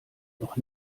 noch